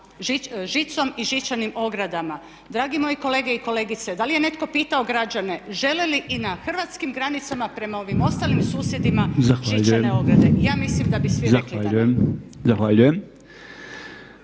žicom i žičanim ogradama. Dragi moji kolege i kolegice, da li je netko pitao građane žele li i na hrvatskim granicama prema ovim ostalim susjedima žičane ograde. Ja mislim da bi svi rekli da ne. **Podolnjak,